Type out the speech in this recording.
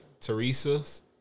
Teresa's